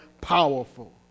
powerful